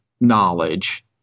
knowledge